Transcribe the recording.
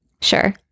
Sure